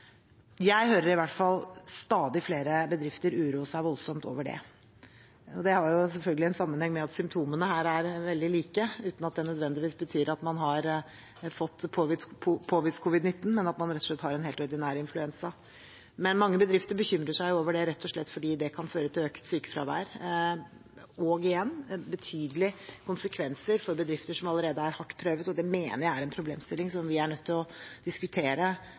Jeg hører i hvert fall stadig flere bedrifter uroe seg voldsomt over det. Det har selvfølgelig en sammenheng med at symptomene er veldig like, uten at det nødvendigvis betyr at man har fått påvist covid-19, men at man rett og slett har en helt ordinær influensa. Mange bedrifter bekymrer seg for det rett og slett fordi det kan føre til økt sykefravær og igjen betydelige konsekvenser for bedrifter som allerede er hardt prøvet. Det mener jeg er en problemstilling vi er nødt til å diskutere